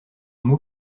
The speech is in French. mot